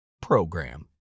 program